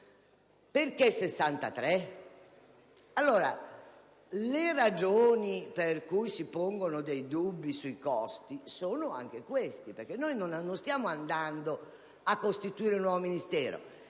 a 63. Le ragioni per cui si pongono dei dubbi sui costi sono anche queste. Non si sta andando a costituire un nuovo Ministero,